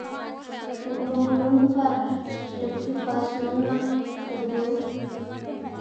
guꞌn c̲h̲ow minn par xlip xifwers minn nak berdur.